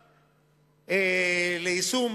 ליישום,